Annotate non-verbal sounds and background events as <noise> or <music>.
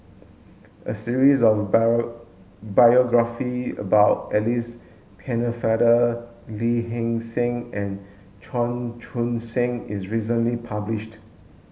a series of <unintelligible> biography about Alice Pennefather Lee Hee Seng and Chan Chun Sing is recently published